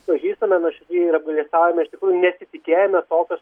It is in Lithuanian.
pažystame nuoširdžiai ir apgailestaujame iš tikrųjų nesitikėjome tokio